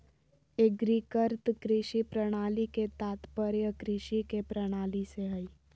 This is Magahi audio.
एग्रीकृत कृषि प्रणाली के तात्पर्य कृषि के प्रणाली से हइ